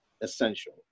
essential